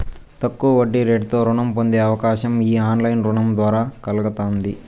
తక్కువ వడ్డీరేటుతో రుణం పొందే అవకాశం ఈ ఆన్లైన్ రుణం ద్వారా కల్గతాంది